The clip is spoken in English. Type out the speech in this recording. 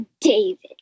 David